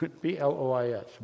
B-L-O-I-S